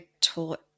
taught